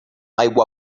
aigua